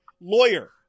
Lawyer